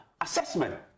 assessment